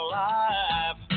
life